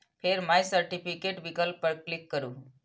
फेर my certificate विकल्प पर क्लिक करू